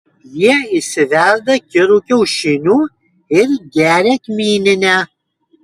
jie išsiverda kirų kiaušinių ir geria kmyninę